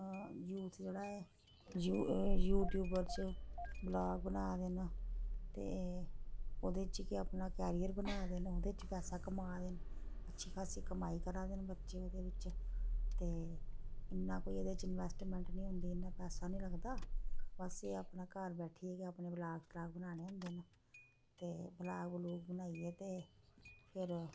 youth जेह्ड़ा ऐ you YouTuber च ब्लाग बना दे न ते ओह्दे च गै अपना कैरियर बना दे न ओह्दे च पैसा कमा दे न अच्छी खासी कमाई करा दे न बच्चे एह्दे बिच्च ते इन्ना कोई एह्दे बिच्च इन्बैस्टमैंट नी होंदी इन्ना पैसा नी लगदा बस एह् अपने घर बैठियै गै अपने ब्लाग श्लाग बनाने होंदे न ते ब्लाग ब्लुग बनाइयै ते फेर